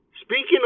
Speaking